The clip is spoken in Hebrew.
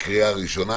ש"ס...